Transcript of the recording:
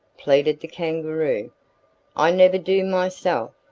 pleaded the kangaroo i never do myself.